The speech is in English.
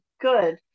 good